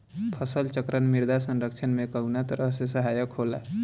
फसल चक्रण मृदा संरक्षण में कउना तरह से सहायक होला?